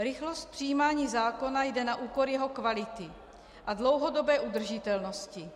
Rychlost přijímání zákona jde na úkor jeho kvality a dlouhodobé udržitelnosti.